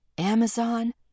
Amazon